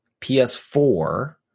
PS4